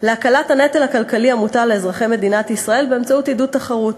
להקלת הנטל הכלכלי המוטל על אזרחי מדינת ישראל באמצעות עידוד תחרות,